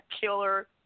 killer